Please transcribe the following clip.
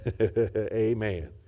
Amen